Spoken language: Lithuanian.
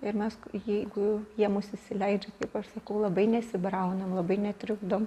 ir mes jeigu jie mus įsileidžia kaip aš sakau labai nesibraunam labai netrikdom